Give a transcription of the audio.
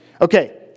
Okay